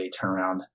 turnaround